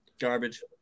Garbage